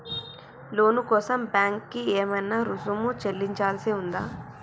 లోను కోసం బ్యాంక్ కి ఏమైనా రుసుము చెల్లించాల్సి ఉందా?